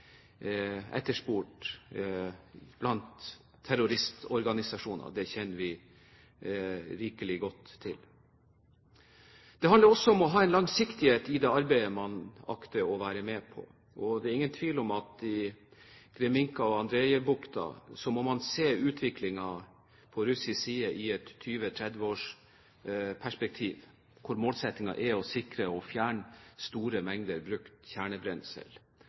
etterspurt blant terroristorganisasjoner – det kjenner vi veldig godt til. Det handler også om å ha en langsiktighet i det arbeidet man akter å være med på, og det er ingen tvil om at i Gremikha og Andrejevbukta må man se utviklingen på russisk side i et 20–30 års perspektiv, hvor målsettingen er å sikre og fjerne store mengder brukt kjernebrensel.